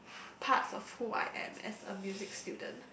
parts of who I am as a music student